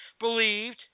believed